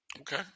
Okay